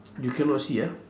you cannot see ah